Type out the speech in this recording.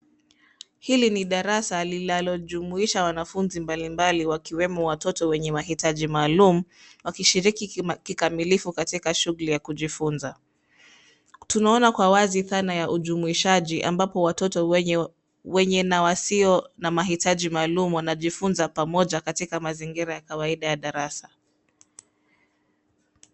Hili ni darasa linalojumuisha wanafunzi mbalimbali wakiwemo watoto wenye mahitaji maalum wakishiriki kikamilifu katika shughuli ya kujifunza. Tunaona kwa wazi dhana ya ujumuishaji ambapo watoto wenye na wasio na mahitaji maalum wanajifunza katika mazingira ya kawaida ya darasa.